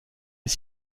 est